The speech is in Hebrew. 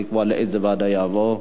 לקבוע לאיזה ועדה זה יעבור.